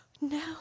no